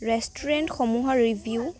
ৰেষ্টুৰেণ্টসমূহৰ review